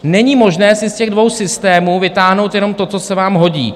Není možné si z těch dvou systémů vytáhnout jenom to, co se vám hodí.